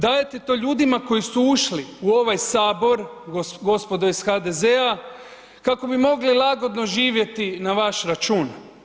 Dajete to ljudima koji su ušli u ovaj Sabor, gospodo iz HDZ-a, kako bi mogli lagodno živjeti na vaš račun.